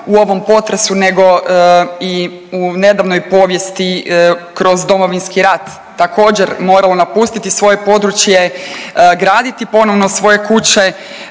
u ovom potresu nego i u nedavnoj povijesti kroz Domovinski rat. Također moramo napustiti svoje područje, graditi ponovno svoje kuće